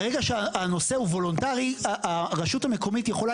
ברגע שהנושא הוא וולונטרי הרשות המקומית יכולה